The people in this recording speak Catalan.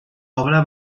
obra